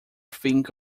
think